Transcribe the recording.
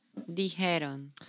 dijeron